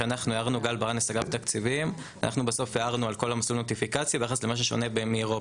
הערנו על כל מסלול נוטיפיקציה ביחס למה ששונה מאירופה.